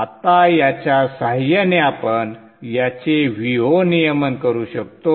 आता याच्या सहाय्याने आपण याचे Vo नियमन करू शकतो